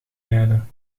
leiden